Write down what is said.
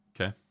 Okay